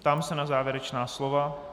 Ptám se na závěrečná slova.